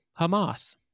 Hamas